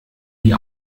die